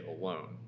alone